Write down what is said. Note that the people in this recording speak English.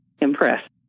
impressed